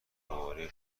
دوباره